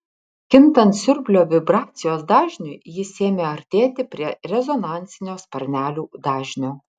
kintant siurblio vibracijos dažniui jis ėmė artėti prie rezonansinio sparnelių dažnio